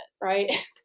right